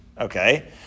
Okay